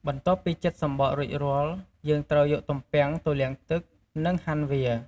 បន្ទាប់ពីចិតសំបករួចរាល់ យើងត្រូវយកទំពាំងទៅលាងទឹក និងហាន់វា។